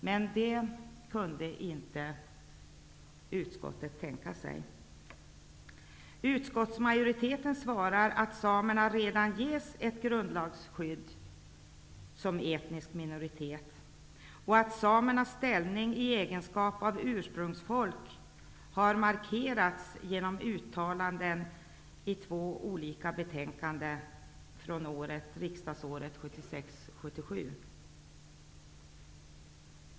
Men det kunde inte utskottet tänka sig. Utskottsmajoriteten svarar att samerna redan ges ett grundlagsskydd som etnisk minoritet och att samernas ställning i egenskap av ursprungsfolk har markerats genom uttalanden i två olika betänkanden från riksdagsmötet 1976/77.